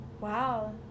wow